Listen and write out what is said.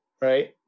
right